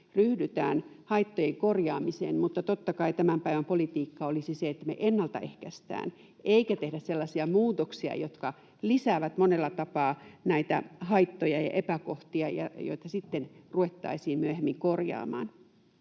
ryhdytään haittojen korjaamiseen, mutta totta kai tämän päivän politiikkaa olisi se, että me ennaltaehkäistään eikä tehdä sellaisia muutoksia, jotka lisäävät monella tapaa näitä haittoja ja epäkohtia, joita sitten ruvettaisiin myöhemmin korjaamaan.